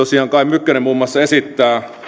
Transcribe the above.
mykkänen muun muassa esittää